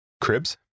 Cribs